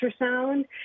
ultrasound